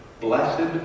Blessed